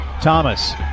Thomas